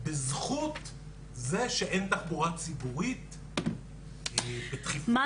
בזכות זה שאין תחבורה ציבורית- -- זה מה